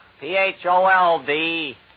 P-H-O-L-D